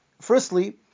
firstly